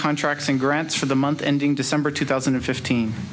contracts and grants for the month ending december two thousand and fifteen